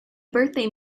birthday